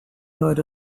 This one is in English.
heard